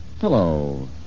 Hello